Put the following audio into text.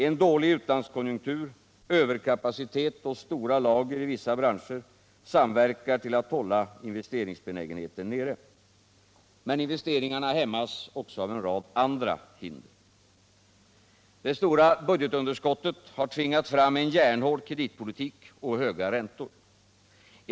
En dålig utlandskonjunktur, överkapacitet och stora lager i vissa branscher samverkar till att hålla investeringsbenägenheten nere. Men investeringarna hämmas också av en rad andra hinder. Det stora budgetunderskottet har tvingat fram en järnhård kreditpolitik och höga räntor.